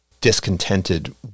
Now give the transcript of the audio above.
discontented